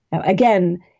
Again